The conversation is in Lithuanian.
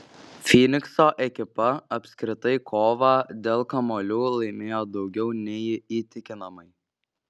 fynikso ekipa apskritai kovą dėl kamuolių laimėjo daugiau nei įtikinamai